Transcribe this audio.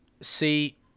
see